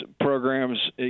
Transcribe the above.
programs